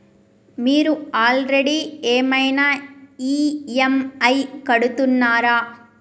మీరు ఆల్రెడీ ఏమైనా ఈ.ఎమ్.ఐ కడుతున్నారా?